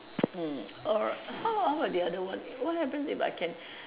mm how long were the other one what happens if I can